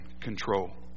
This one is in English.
control